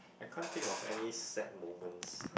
I can't think of any sad moments